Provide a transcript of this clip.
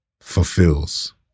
fulfills